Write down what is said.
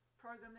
program